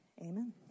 amen